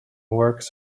works